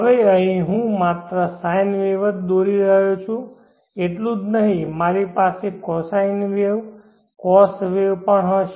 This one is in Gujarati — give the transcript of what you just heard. હવે અહીં હું માત્ર sine વેવ જ દોરી રહ્યો છું એટલું જ નહીં મારી પાસે cosine વેવ cos વેવ પણ હશે